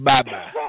Bye-bye